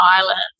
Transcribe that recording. Island